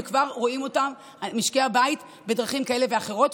ומשקי הבית כבר רואים אותן בדרכים כאלה ואחרות.